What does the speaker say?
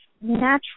natural